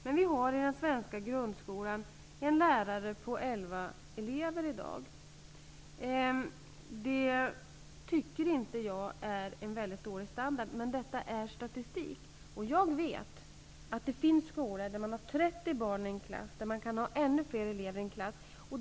Men vi har i dag i den svenska grundskolan en lärare på elva elever. Det tycker inte jag är en väldigt dålig standard. Men detta är statistik. Jag vet att det finns skolor där man har 30 barn i en klass och att man kan ha ännu fler barn i en klass.